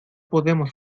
podemos